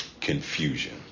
confusion